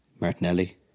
Martinelli